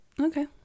okay